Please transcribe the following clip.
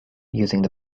using